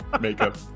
Makeup